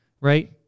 right